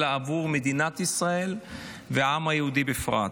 אלא עבור מדינת ישראל והעם היהודי בפרט.